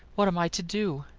what am i to do?